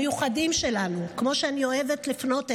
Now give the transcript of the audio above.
המיוחדים שלנו, כמו שאני אוהבת לפנות אליהם,